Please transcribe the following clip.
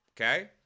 Okay